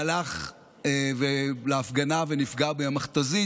הלך להפגנה ונפגע מהמכת"זית,